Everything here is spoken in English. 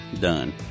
done